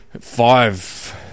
five